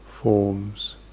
forms